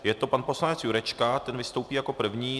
Je to pan poslanec Jurečka, ten vystoupí jako první.